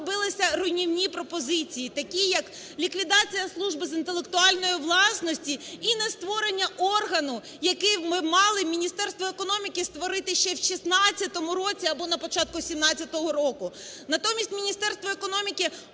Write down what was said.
робилися руйнівні пропозиції, такі як: ліквідація служби з інтелектуальної власності і нестворення органу, який би мало Міністерство економіки створити ще в 16-му році або на початку 17-го року. Натомість Міністерство економіки